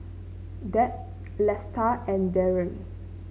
Deb Lesta and Darrian